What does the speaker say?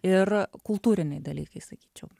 ir kultūriniai dalykai sakyčiau